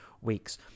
weeks